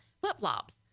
flip-flops